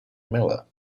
miller